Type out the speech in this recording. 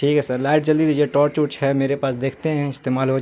ٹھیک ہے sir light جلدی دیجیے ٹارچ ورچ ہے میرے پاس دیکھتے ہیں استعمال ہو